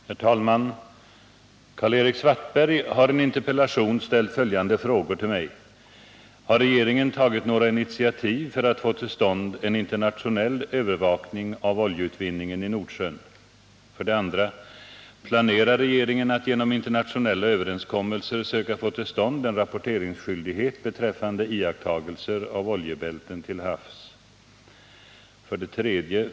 Herr talman! Karl-Erik Svartberg har i en interpellation ställt följande frågor till mig: 1. Har regeringen tagit några initiativ för att få till stånd en internationell övervakning av oljeutvinningen i Nordsjön? 2. Planerar regeringen att genom internationella överenskommelser söka få till stånd en rapporteringsskyldighet beträffande iakttagelser av oljebälten till havs? 3.